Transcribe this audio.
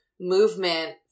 movement